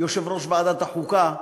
יושב-ראש החוקה,